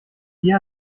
hier